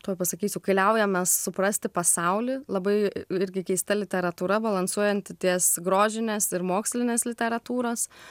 tuoj pasakysiu kai liaujamės suprasti pasaulį labai irgi keista literatūra balansuojant ties grožinės ir mokslinės literatūros